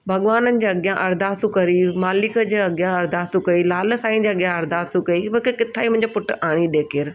भॻवाननि जे अॻियां अरदासूं करियूं मालिक जे अॻियां अरदासूं कईं लाल साईंअ जे अॻियां अरदासूं कईं मूंखे किथां बि मुंहिंजो पुटु आणे ॾे केरु